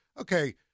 okay